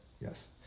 Yes